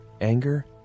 anger